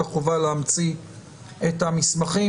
את החובה להמציא את המסמכים.